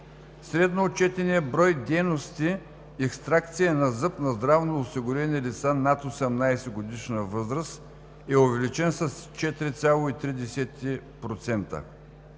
Средно отчетеният брой дейности „екстракция на зъб“ на здравно осигурени лица над 18-годишна възраст е увеличен с 4,3%.